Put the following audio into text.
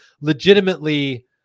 Legitimately